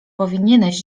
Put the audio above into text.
powinieneś